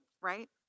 Right